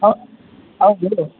ಹಾಂ ಹೌದು